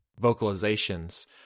vocalizations